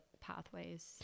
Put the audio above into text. pathways